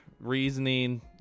reasoning